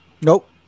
Nope